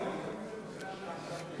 יש לי תשובה.